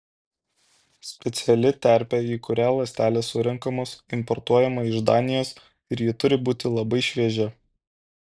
speciali terpė į kurią ląstelės surenkamos importuojama iš danijos ir ji turi būti labai šviežia